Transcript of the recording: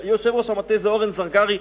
יושב-ראש המטה הוא אורן זרגרי,